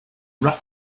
rap